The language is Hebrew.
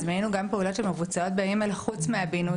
אז מנינו גם פעולות שמבוצעות בימים אלה חוץ מהבינוי